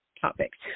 topics